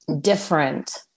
different